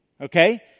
Okay